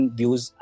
views